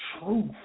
truth